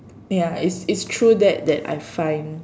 ya it's it's true that that I find